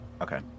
Okay